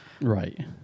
Right